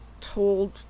told